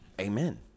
Amen